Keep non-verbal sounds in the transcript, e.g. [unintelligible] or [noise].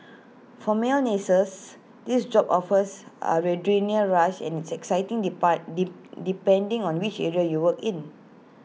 for male nurses this job offers A [unintelligible] rush and it's exciting depart D depending on which area you work in